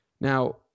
Now